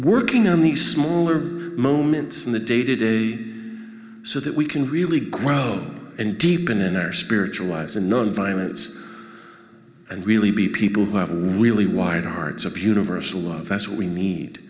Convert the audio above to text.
working on these smaller moments in the day to day so that we can really grow and deepen in our spiritual lives and nonviolence and really be people who have a really wide hearts of universal love that's what we need